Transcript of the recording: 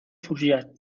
forjat